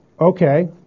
Okay